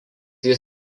jis